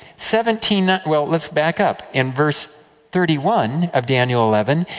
seventeen. ah well, let us back up. in verse thirty one of daniel eleven,